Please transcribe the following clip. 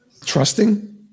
Trusting